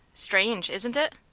strange, isn't it?